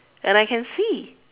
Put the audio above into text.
and I can see